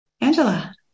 Angela